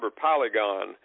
polygon